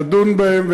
לדון בהן,